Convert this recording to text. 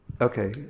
Okay